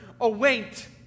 await